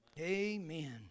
Amen